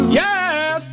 yes